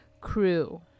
crew